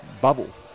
bubble